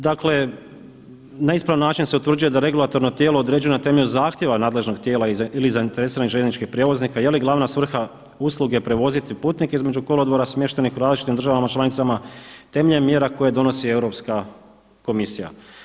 Dakle na ispravan način se utvrđuje da regulatorno tijelo određuje na temelju zahtjeva nadležnost tijela ili zainteresiranih željezničkih prijevoznika, je li glavna svrha usluge prevoziti putnike između kolodvora smještenih u različitim državama članicama temeljem mjera koje donosi Europska komisija.